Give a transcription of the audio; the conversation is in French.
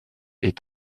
est